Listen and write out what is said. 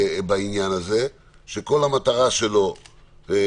בעניין הזה שכל המטרה שלו היא